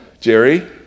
Jerry